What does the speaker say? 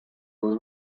was